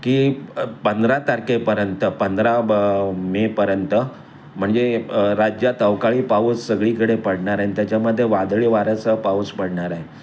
की पंधरा तारखेपर्यंत पंधरा ब मेपर्यंत म्हणजे राज्यात अवकाळी पाऊस सगळीकडे पडणार आहे आणि त्याच्यामध्ये वादळीवाऱ्यासह पाऊस पडणार आहे